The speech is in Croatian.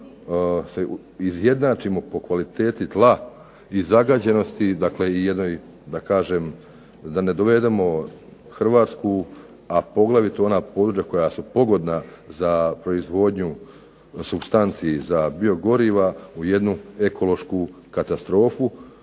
da se izjednačimo po kvaliteti tla i zagađenosti jednoj da kažem, da ne dovedemo Hrvatsku a poglavito ona područja koja su pogodna za proizvodnju supstanci za bio goriva u jednu ekološku katastrofu